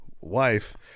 wife